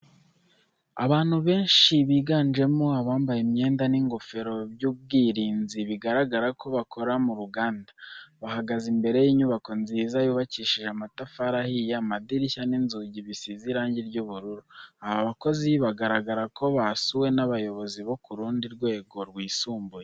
Abantu benshi biganjemo abambaye imyenda n'ingofero by'ubwirinzi bigaragara ko bakora mu ruganda, bahagaze imbere y'inyubako nziza yubakishije amatafari ahiye, amadirishya n'inzugi bisize irangi ry'ubururu, aba bakozi bigaragara ko basuwe n'abayobozi bo ku rundi rwego rwisumbuye.